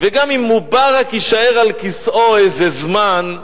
וגם אם מובארק יישאר על כיסאו איזה זמן,